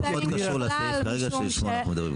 מגדיר -- זה פחות קשור לסעיף שאנחנו מדברים עליו